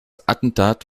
attentat